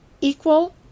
equal